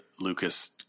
Lucas